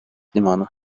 limanı